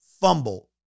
fumble